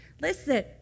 Listen